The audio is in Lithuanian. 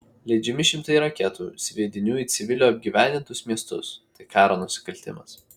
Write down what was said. leidžiami šimtai reketų sviedinių į civilių apgyvendintus miestus tai karo nusikaltimas